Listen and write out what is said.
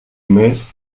mes